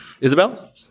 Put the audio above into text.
Isabel